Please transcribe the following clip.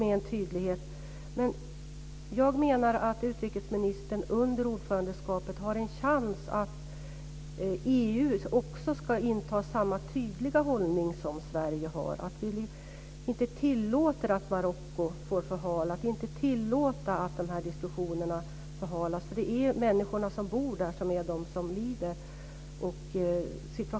Men jag menar att utrikesministern under ordförandeskapet har en chans att se till att EU också intar samma tydliga hållning som Sverige, att man inte tillåter att Marocko förhalar och att man inte tillåter att dessa diskussioner förhalas, eftersom det är de människor som bor där som lider.